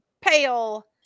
pale